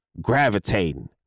gravitating